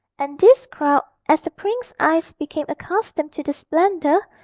and this crowd, as the prince's eyes became accustomed to the splendour,